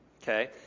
Okay